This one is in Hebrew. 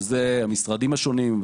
שזה המשרדים השונים,